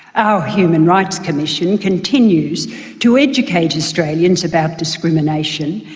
our human rights commission continues to educate australians about discrimination,